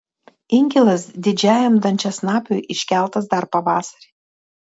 inkilas didžiajam dančiasnapiui iškeltas dar pavasarį